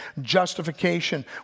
justification